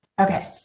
Okay